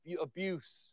abuse